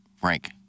Frank